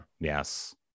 yes